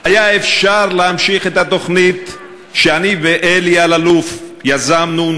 היה אפשר להמשיך את התוכנית שאני ואלי אלאלוף יזמנו,